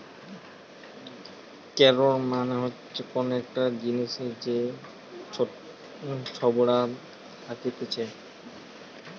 কৈর মানে হচ্ছে কোন একটা জিনিসের যে ছোবড়া থাকতিছে